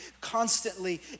constantly